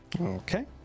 Okay